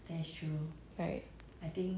right